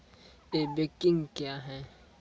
ई banking क्या हैं?